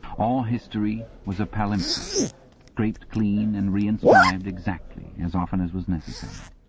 all history was a palimpsest, scraped clean and reinscribed exactly as often as was necessary.